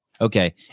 Okay